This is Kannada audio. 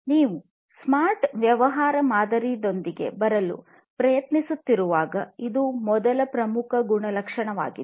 ನೀವು ಸ್ಮಾರ್ಟ್ ವ್ಯವಹಾರ ಮಾದರಿದೊಂದಿಗೆ ಬರಲು ಪ್ರಯತ್ನಿಸುತ್ತಿರುವಾಗ ಇದು ಮೊದಲ ಪ್ರಮುಖ ಗುಣಲಕ್ಷಣವಾಗಿದೆ